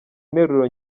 interuro